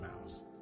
mouse